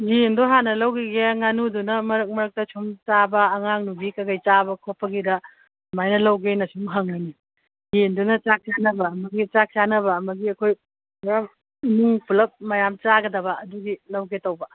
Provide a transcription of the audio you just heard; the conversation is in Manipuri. ꯌꯦꯟꯗꯨ ꯍꯥꯟꯅ ꯂꯧꯒꯤꯒꯦ ꯉꯥꯅꯨꯗꯨꯅ ꯃꯔꯛ ꯃꯔꯛꯇ ꯁꯨꯝ ꯆꯥꯕ ꯑꯉꯥꯡ ꯅꯨꯕꯤ ꯀꯔꯤ ꯀꯔꯤ ꯆꯥꯕ ꯈꯣꯠꯄꯒꯤꯗ ꯁꯨꯃꯥꯏꯅ ꯂꯧꯒꯦꯅ ꯁꯨꯝ ꯍꯪꯕꯅꯤ ꯌꯦꯟꯗꯨꯅ ꯆꯥꯛ ꯆꯥꯅꯕ ꯑꯃꯒꯤ ꯑꯩꯈꯣꯏ ꯃꯌꯥꯝ ꯃꯤ ꯄꯨꯂꯞ ꯃꯌꯥꯝ ꯆꯥꯒꯗꯕ ꯑꯗꯨꯒꯤ ꯂꯧꯒꯦ ꯇꯧꯕ